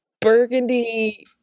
burgundy